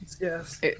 Yes